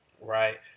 right